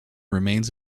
remains